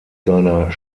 seiner